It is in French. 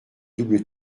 double